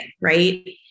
right